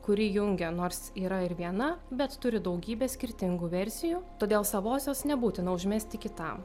kuri jungia nors yra ir viena bet turi daugybę skirtingų versijų todėl savosios nebūtina užmesti kitam